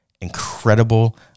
incredible